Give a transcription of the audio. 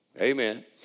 amen